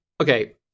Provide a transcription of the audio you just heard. okay